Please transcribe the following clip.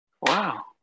Wow